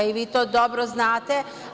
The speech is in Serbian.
I, vi to dobro znate.